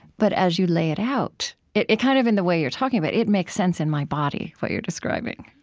but as you lay it out, it it kind of in the way you're talking about it, it makes sense in my body, what you're describing.